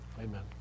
Amen